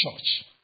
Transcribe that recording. church